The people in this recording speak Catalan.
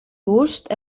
gust